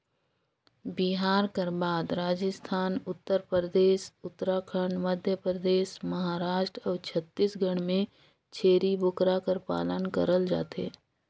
बिहार कर बाद राजिस्थान, उत्तर परदेस, उत्तराखंड, मध्यपरदेस, महारास्ट अउ छत्तीसगढ़ में छेरी बोकरा कर पालन करल जाथे